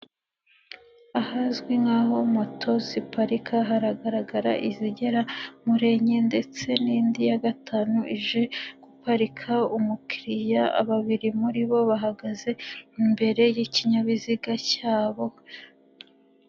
Ahazwi nk'aho moto ziparika haragaragara izigera muri enye ndetse n'indi ya gatanu ije guparika, umukiriya babiri muri bo bahagaze imbere y'ikinyabiziga cyabo.